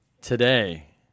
today